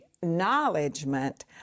acknowledgement